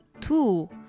two